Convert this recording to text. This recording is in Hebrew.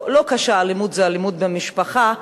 לא קשה, אלימות במשפחה,